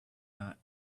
not